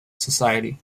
society